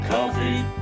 Coffee